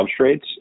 substrates